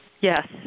Yes